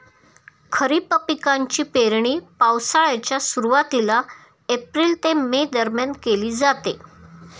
खरीप पिकांची पेरणी पावसाळ्याच्या सुरुवातीला एप्रिल ते मे दरम्यान केली जाते